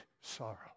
sorrow